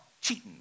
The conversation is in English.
cheating